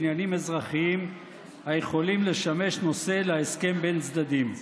בעניינים אזרחיים היכולים לשמש נושא להסכם בין צדדים.